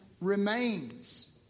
remains